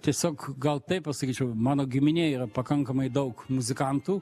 tiesiog gal taip pasakyčiau mano giminėj yra pakankamai daug muzikantų